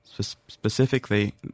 specifically